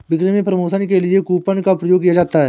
बिक्री में प्रमोशन के लिए कूपन का प्रयोग किया जाता है